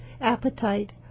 appetite